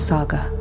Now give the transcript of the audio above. Saga